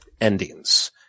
endings